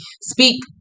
Speak